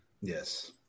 yes